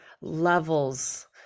levels